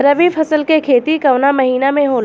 रवि फसल के खेती कवना महीना में होला?